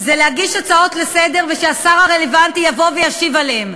זה להגיש הצעות לסדר-היום ושהשר הרלוונטי יבוא וישיב עליהן.